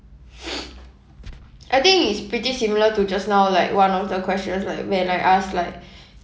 I think is pretty similar to just now like one of the questions like when I asked like